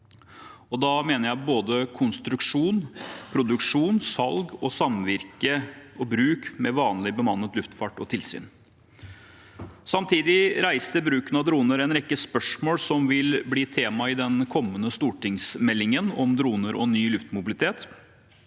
Da mener jeg både konstruksjon, produksjon, salg, bruk og samvirket med vanlig bemannet luftfart og tilsyn. Samtidig reiser bruken av droner en rekke spørsmål som vil bli tema i den kommende stortingsmeldingen om droner og ny luftmobilitet.